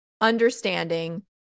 understanding